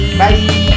bye